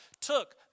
took